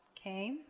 Okay